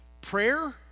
Prayer